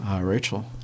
Rachel